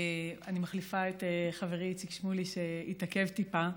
אני מחליפה את חברי איציק שמולי, שהתעכב טיפה,